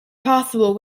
possible